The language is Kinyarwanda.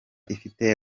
ifite